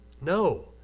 No